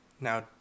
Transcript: Now